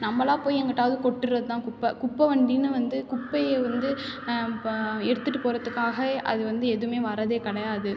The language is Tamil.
நம்மளாக போய் எங்கிட்டாது கொட்டுவது தான் குப்பை குப்பை வண்டினு வந்து குப்பையை வந்து ப எடுத்துகிட்டு போறத்துக்காகயே அது வந்து எதுவுமே வரதே கிடையாது